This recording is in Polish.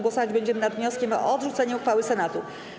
Głosować będziemy nad wnioskiem o odrzucenie uchwały Senatu.